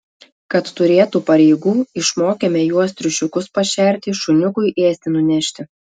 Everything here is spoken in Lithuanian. kad turėtų pareigų išmokėme juos triušiukus pašerti šuniukui ėsti nunešti